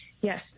Yes